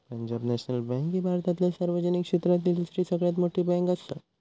Punjab national bank ही भारतातल्या सार्वजनिक क्षेत्रातली दुसरी सगळ्यात मोठी बँकआसा